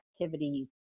activities